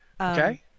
Okay